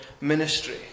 ministry